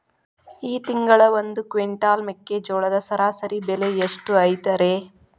ಈ ತಿಂಗಳ ಒಂದು ಕ್ವಿಂಟಾಲ್ ಮೆಕ್ಕೆಜೋಳದ ಸರಾಸರಿ ಬೆಲೆ ಎಷ್ಟು ಐತರೇ?